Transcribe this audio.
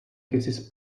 kisses